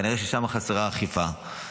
כנראה חסרה שם אכיפה,